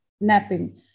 napping